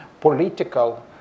political